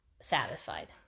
satisfied